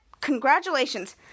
congratulations